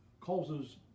causes